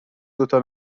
دوتا